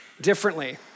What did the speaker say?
differently